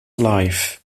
life